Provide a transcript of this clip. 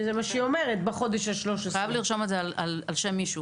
הוא חייב לרשום את זה על שם מישהו